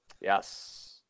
Yes